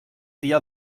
dia